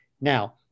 Now